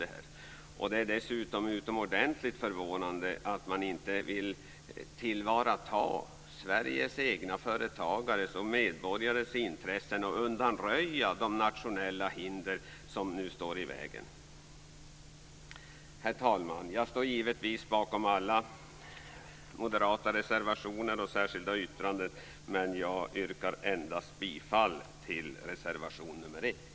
Det är dessutom utomordentligt förvånande att man inte vill tillvarata Sveriges egna företagares och medborgares intressen och undanröja de nationella hinder som nu står i vägen. Herr talman! Jag står givetvis bakom alla moderata reservationer och särskilda yttranden, men jag yrkar endast bifall till reservation 1.